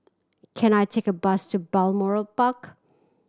can I take a bus to Balmoral Park